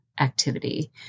activity